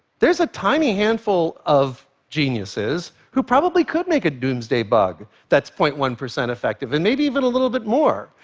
there's a tiny handful of geniuses who probably could make a doomsday bug that's point one percent effective and maybe even a little bit more.